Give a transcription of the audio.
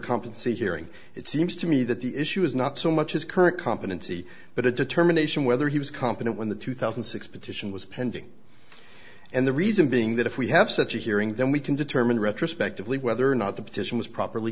compensate hearing it seems to me that the issue is not so much as current competency but a determination whether he was competent when the two thousand and six petition was pending and the reason being that if we have such a hearing then we can determine retrospectively whether or not the petition was properly